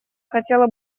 хотела